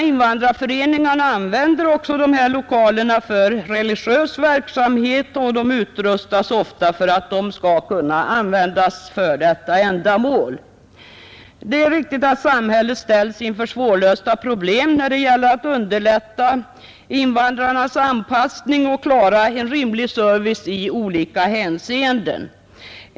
Invandrarföreningarna använder också dessa lokaler för religiös verksamhet och lokalerna utrustas ofta för att kunna användas för detta ändamål. Det är riktigt att samhället ställs inför svårlösta problem när det gäller att underlätta invandrarnas anpassning och klara en rimlig service i olika hänseenden.